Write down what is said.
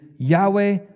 Yahweh